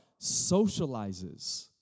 socializes